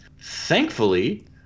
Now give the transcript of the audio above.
Thankfully